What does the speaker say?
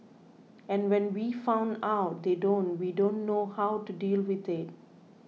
and when we found out they don't we don't know how to deal with it